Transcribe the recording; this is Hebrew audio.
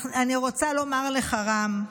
אני רוצה לומר לך, רם,